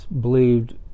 believed